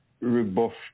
rebuffed